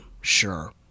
sure